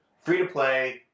free-to-play